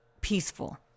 peaceful